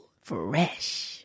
Fresh